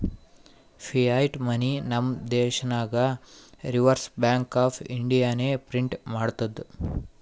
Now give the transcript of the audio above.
fiat money ನಮ್ ದೇಶನಾಗ್ reserve bank of ಇಂಡಿಯಾನೆ ಪ್ರಿಂಟ್ ಮಾಡ್ತುದ್